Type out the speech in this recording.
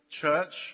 church